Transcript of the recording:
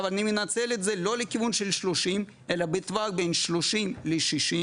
אני מנצל את זה לא לכיוון של 30 אלא בטווח של בין 30 ל-60,